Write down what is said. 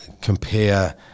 compare